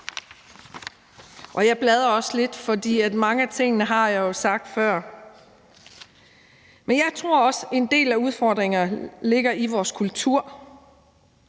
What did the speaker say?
Jeg bladrer også lidt i min tale, for mange af tingene har jeg jo sagt før. Jeg tror også, at en del af udfordringerne ligger i vores kultur.